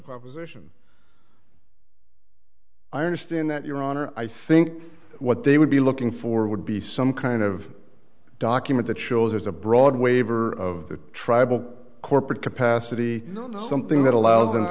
proposition i understand that your honor i think what they would be looking for would be some kind of document that shows there's a broad waiver of the tribal corporate capacity not something that allows them to